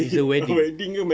it's a wedding